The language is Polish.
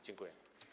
Dziękuję.